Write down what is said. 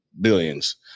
billions